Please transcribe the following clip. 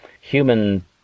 human